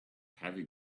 heavy